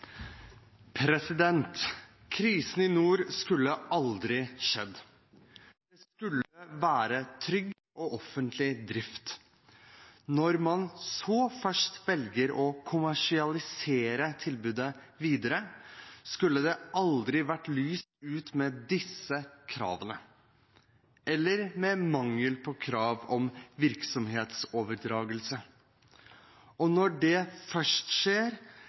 Krisen i nord skulle aldri skjedd. Det skulle vært trygg offentlig drift. Når man så først valgte å kommersialisere tilbudet videre, skulle det aldri vært lyst ut med disse kravene, eller med mangel på krav om virksomhetsoverdragelse. Og når det først